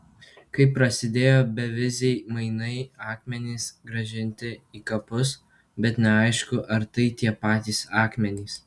kai prasidėjo beviziai mainai akmenys grąžinti į kapus bet neaišku ar tai tie patys akmenys